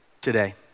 Today